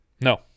no